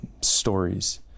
stories